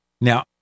Now